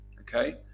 okay